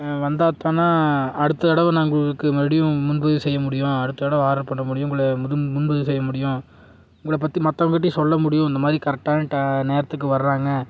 வந்தால் தானே அடுத்த தடவை நான் உங்களுக்கு மறுபடியும் முன்பதிவு செய்ய முடியும் அடுத்த தடவை ஆர்ட்ரு பண்ண முடியும் உங்களை முது முன்பதிவு செய்ய முடியும் உங்களை பற்றி மற்றவங்கட்டையும் சொல்ல முடியும் இந்த மாதிரி கரெக்டான ட நேரத்துக்கு வர்றாங்க